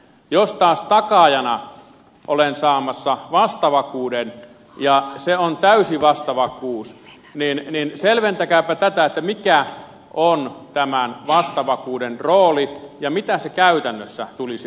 jos taas takaajana olen saamassa vastavakuuden ja se on täysi vastavakuus niin selventäkääpä tätä mikä on tämän vastavakuuden rooli ja mitä se käytännössä tulisi olemaan